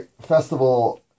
festival